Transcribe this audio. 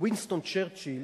וינסטון צ'רצ'יל